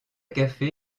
café